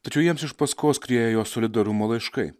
tačiau jiems iš paskos skriejo solidarumo laiškai